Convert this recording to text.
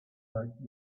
like